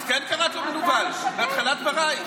את כן קראת לו מנוול, בתחילת דברייך.